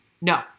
No